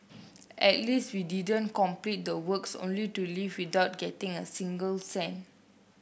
at least we didn't complete the works only to leave without getting a single cent